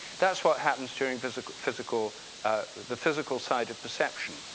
that's what happens during physical physical the physical side of perception.